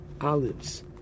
olives